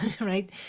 right